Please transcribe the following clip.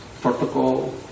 protocol